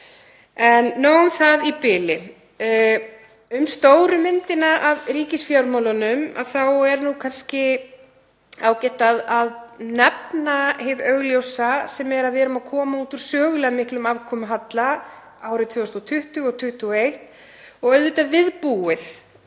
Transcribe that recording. standa. Hvað varðar stóru myndina af ríkisfjármálunum þá er kannski ágætt að nefna hið augljósa, sem er að við erum að koma út úr sögulega miklum afkomuhalla árin 2020 og 2021. Auðvitað er viðbúið,